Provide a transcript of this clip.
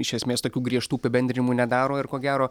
iš esmės tokių griežtų apibendrinimų nedaro ir ko gero